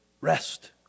rest